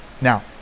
Now